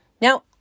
Now